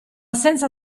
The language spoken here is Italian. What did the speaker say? senza